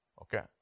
Okay